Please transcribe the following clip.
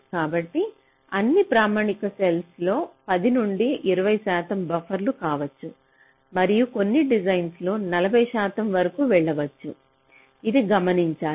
కాబట్టి అన్ని ప్రామాణిక సెల్లో 10 నుండి 20 శాతం బఫర్లు కావచ్చు మరియు కొన్ని డిజైన్లలో 40 శాతం వరకు వెళ్ళవచ్చు ఇది గమనించాలి